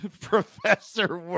Professor